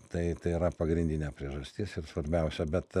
tai tai yra pagrindinė priežastis ir svarbiausia bet